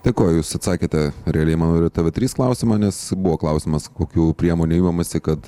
dėkoju jūs atsakėte realiai manau ir į tv trys klausimą nes buvo klausimas kokių priemonių imamasi kad